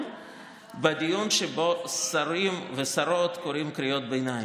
בדיון שבו שרים ושרות קוראים קריאות ביניים.